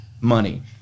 money